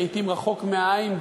לעתים רחוק מהעין,